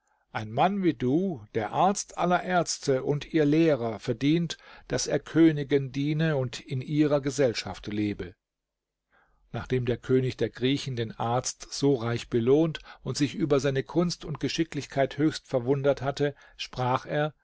ein mann wie du der arzt aller ärzte und ihr lehrer verdient daß er königen diene und in ihrer gesellschaft lebe nachdem der könig der griechen den arzt so reich belohnt und sich über seine kunst und geschicklichkeit höchst verwundert hatte sprach er